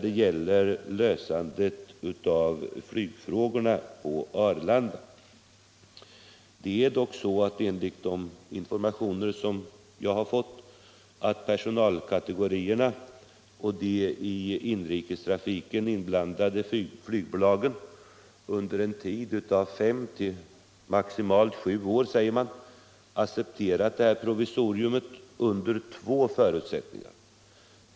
Enligt de informationer jag har fått har de olika personalkategorierna och de i inrikestrafiken inblandade flygbolagen accepterat det här provisoriet under två förutsättningar.